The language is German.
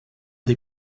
die